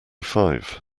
five